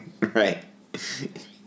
right